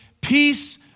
peace